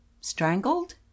strangled